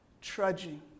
trudging